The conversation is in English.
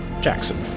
Jackson